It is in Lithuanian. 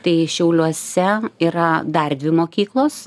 tai šiauliuose yra dar dvi mokyklos